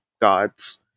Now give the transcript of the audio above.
gods